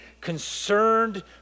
concerned